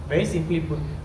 very simply put